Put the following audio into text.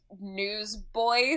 newsboy